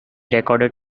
recorded